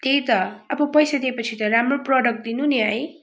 त्यही त अब पैसा दिए पछि त राम्रो प्रडक्ट दिनु नि है